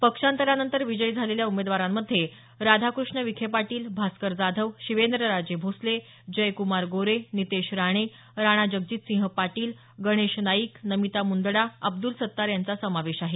पक्षांतरानंतर विजयी झालेल्या उमेदवारांमध्ये राधाकृष्ण विखे पाटील भास्कर जाधव शिवेंद्रराजे भोसले जयक्मार गोरे नितेश राणे राणा जगजीतसिंह पाटील गणेश नाईक नमिता मुंदडा आणि अब्दुल सत्तार यांचा समावेश आहे